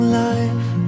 life